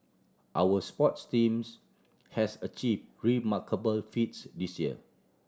our sports teams has achieve remarkable feats this year